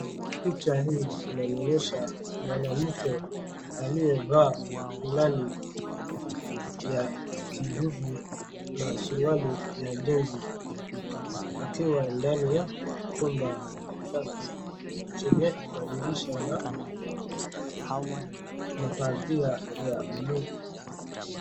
Picha hii inanionyesha mwanamke aliyevaa fulani ya kijivu na suruali ya jazi akiwa ndani ya chumba safi chenye madirisha na mapazia ya buluu.